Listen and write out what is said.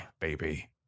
baby